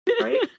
right